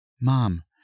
Mom